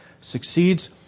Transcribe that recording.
succeeds